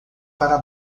para